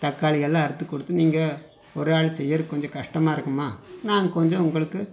தக்காளிகள்லாம் அறுத்துக் கொடுத்து நீங்கள் ஒரு ஆள் செய்யுறதுக்கு கொஞ்சம் கஷ்டமாக இருக்கும்மா நாங்கள் கொஞ்சம் உங்களுக்கு